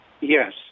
Yes